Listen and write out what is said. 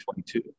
2022